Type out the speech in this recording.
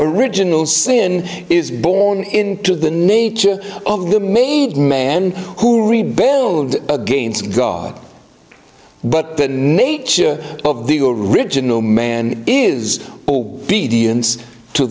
original sin is born into the nature of the made man who rebelled against god but the nature of the original man is